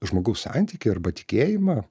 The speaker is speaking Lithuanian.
žmogaus santykį arba tikėjimą